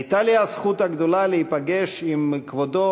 הייתה לי הזכות הגדולה להיפגש עם כבודו